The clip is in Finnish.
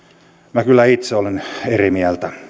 minä kyllä itse olen eri mieltä